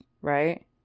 right